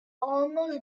almost